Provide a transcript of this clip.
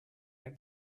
out